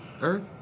Earth